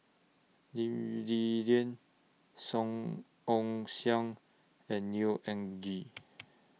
Lee Li Lian Song Ong Siang and Neo Anngee